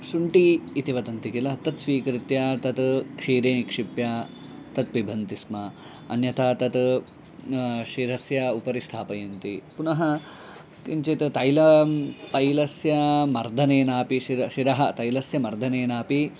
शुण्ठी इति वदन्ति किल तत् स्वीकृत्य तत् क्षीरे क्षिप्य तत् पिबन्ति स्म अन्यथा तत् शिरस्य उपरि स्थापयन्ति पुनः किञ्चित् तैलं तैलस्य मर्दनेन अपि शिरः शिरः तैलस्य मर्दनेन अपि